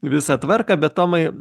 visą tvarką bet tomai